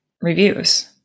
reviews